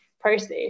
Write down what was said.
process